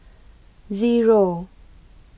Zero